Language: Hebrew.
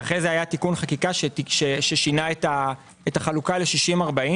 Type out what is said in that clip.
ואחרי זה היה תיקון חקיקה ששינה את החלוקה ל-60-40.